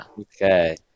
Okay